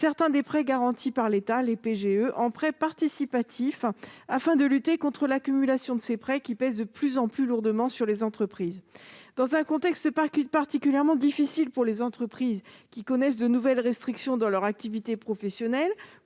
certains des prêts garantis par l'État en prêts participatifs afin de lutter contre l'accumulation de ces prêts, qui pèsent de plus en plus lourdement sur les entreprises. Dans un contexte particulièrement difficile pour les entreprises, qui connaissent de nouvelles restrictions dans leur activité professionnelle